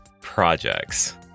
projects